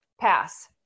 pass